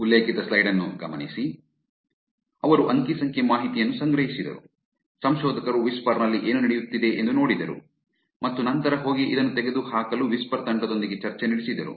ಆದ್ದರಿಂದ ಅವರು ಅಂಕಿ ಸಂಖ್ಯೆ ಮಾಹಿತಿಯನ್ನು ಸಂಗ್ರಹಿಸಿದರು ಸಂಶೋಧಕರು ವಿಸ್ಪರ್ ನಲ್ಲಿ ಏನು ನಡೆಯುತ್ತಿದೆ ಎಂದು ನೋಡಿದರು ಮತ್ತು ನಂತರ ಹೋಗಿ ಇದನ್ನು ತೆಗೆದುಹಾಕಲು ವಿಸ್ಪರ್ ತಂಡದೊಂದಿಗೆ ಚರ್ಚೆ ನಡೆಸಿದರು